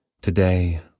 Today